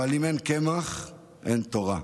אבל אם אין קמח אין תורה.